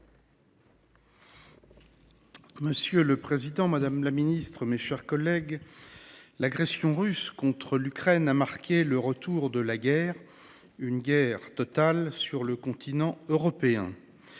Monsieur le président, madame la secrétaire d’État, mes chers collègues, l’agression russe contre l’Ukraine a marqué le retour de la guerre, une guerre totale, sur le continent européen.